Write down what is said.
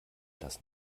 das